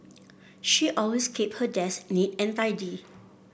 she always keep her desk neat and tidy